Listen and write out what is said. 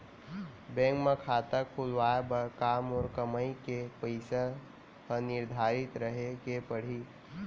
Bank म खाता खुलवाये बर का मोर कमाई के पइसा ह निर्धारित रहे के पड़ही?